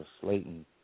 Slayton